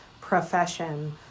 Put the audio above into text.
profession